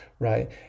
Right